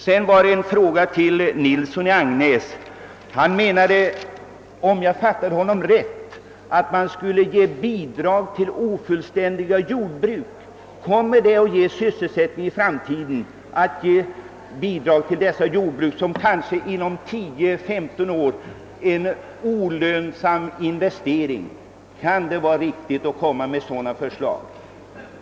Herr Nilsson i Agnäs ansåg, om jag fattade honom rätt, att man skulle ge bidrag till ofullständiga jordbruk. Kommer det att skapa sysselsättning i framtiden, om man ger stöd åt dessa jordbruk, vilket kanske inom tio eller fem ton år visar sig vara en olönsam investering? Kan det vara riktigt att föreslå något sådant?